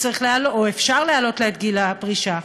צריך או אפשר להעלות לה את גיל הפרישה.